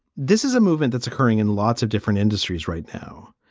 this is a movement that's occurring in lots of different industries right now.